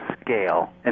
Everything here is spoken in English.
scale